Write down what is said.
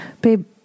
Babe